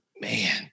man